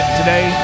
today